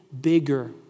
bigger